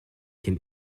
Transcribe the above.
can